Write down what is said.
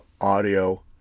audio